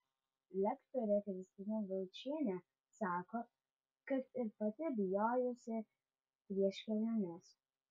lektorė kristina laučienė sako kad ir pati bijojusi prieš keliones